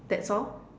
that's all